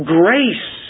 grace